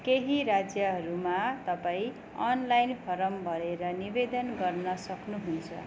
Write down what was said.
केही राज्यहरूमा तपाईँ अनलाइन फारम भरेर निवेदन गर्न सक्नुहुन्छ